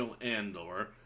Andor